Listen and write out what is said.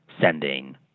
sending